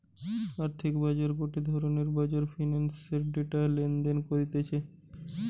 আর্থিক বাজার গটে ধরণের বাজার ফিন্যান্সের ডেটা লেনদেন করতিছে